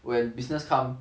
when business come